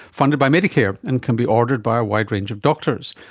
funded by medicare, and can be ordered by a wide range of doctors.